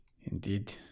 Indeed